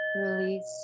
release